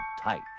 tight